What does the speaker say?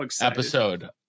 episode